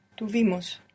Tuvimos